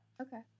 Okay